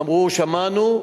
אמרו: שמענו.